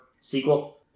sequel